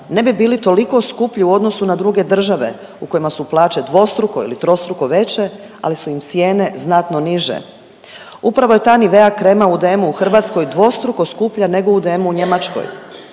ne bi bili toliko skuplji u odnosu na druge države u kojima su plaće dvostruko ili trostruko veće, ali su im cijene znatno niže. Upravo je ta Nivea krema u DM-u u Hrvatskoj dvostruko skuplja nego u DM-u u Njemačkoj.